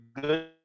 good